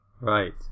Right